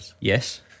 Yes